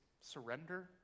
surrender